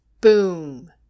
boom